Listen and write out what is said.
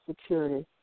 Security